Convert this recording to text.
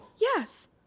yes